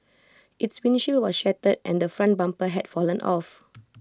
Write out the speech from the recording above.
its windshield was shattered and the front bumper had fallen off